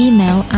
Email